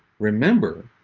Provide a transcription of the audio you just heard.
remember,